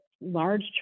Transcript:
large